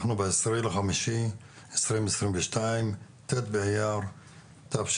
אנחנו ב-10.5.22, ט' באייר תשפ"ב.